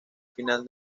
final